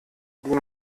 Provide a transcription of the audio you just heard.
die